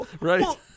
Right